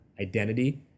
identity